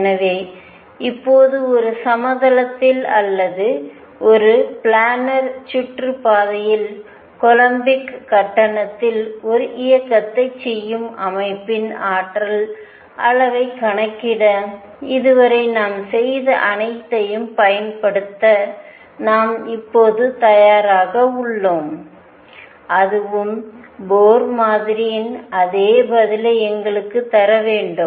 எனவே இப்போது ஒரு சமதளத்தில் அல்லது ஒரு பிளானர் சுற்றுப்பாதையில் கொலம்பிக் கட்டணத்தில் ஒரு இயக்கத்தைச் செய்யும் அமைப்பின் ஆற்றல் அளவைக் கணக்கிட இதுவரை நாம் செய்த அனைத்தையும் பயன்படுத்த நாம் இப்போது தயாராக உள்ளோம் அதுவும் போர் மாதிரியின் அதே பதிலை எங்களுக்குத் தர வேண்டும்